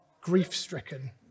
grief-stricken